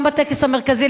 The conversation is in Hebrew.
גם בטקס המרכזי,